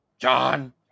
John